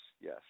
Yes